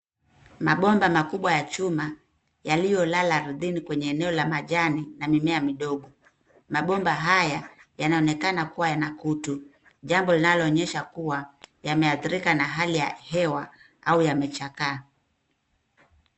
Mabomba makubwa ya chuma yaliyolala ardhini kwenye eneo la majani na mimea midogo. Mabomba haya yanaonekana kuwa yana kutu. Jambo linaloonyesha kuwa yameathirika na hali ya hewa au yamechakaa.